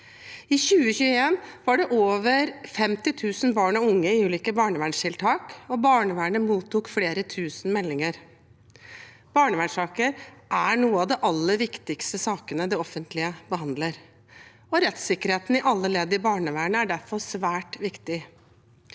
I 2021 var det over 50 000 barn og unge i ulike barnevernstiltak, og barnevernet mottok flere tusen meldinger. Barnevernssaker er noen av de aller viktigste sakene det offentlige behandler, og rettssikkerheten i alle ledd i barnevernet er derfor svært viktig.